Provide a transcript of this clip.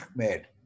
Ahmed